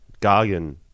Gargan